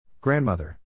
Grandmother